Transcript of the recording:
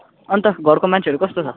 अन्त घरको मान्छेहरू कस्तो छ